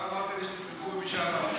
עודה, אתה אמרת לי שתתמכו במשאל עם.